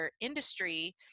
industry